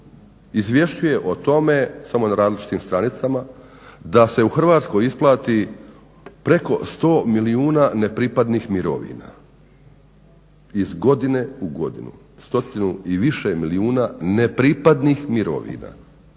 izvješćuje o tome samo na različitim stranicama da se u Hrvatskoj isplati preko 100 milijuna nepripadnih mirovina, iz godine u godinu. 100 i više milijuna nepripadnih mirovina.